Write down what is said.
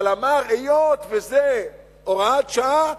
אבל אמר: היות שזאת הוראת שעה,